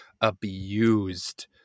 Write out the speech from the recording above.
abused